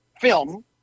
film